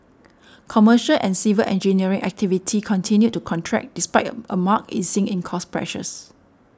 commercial and civil engineering activity continued to contract despite a a marked easing in cost pressures